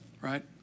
Right